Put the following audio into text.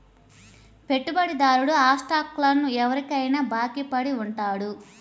పెట్టుబడిదారుడు ఆ స్టాక్లను ఎవరికైనా బాకీ పడి ఉంటాడు